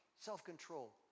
self-control